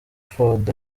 ford